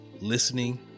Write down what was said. listening